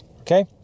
Okay